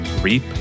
reap